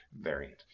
variant